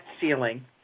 ceiling